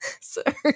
Sorry